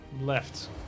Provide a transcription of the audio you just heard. left